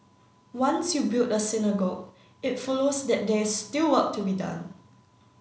once you build a synagogue it follows that they still work to be done